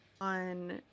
on